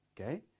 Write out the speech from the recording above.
Okay